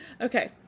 Okay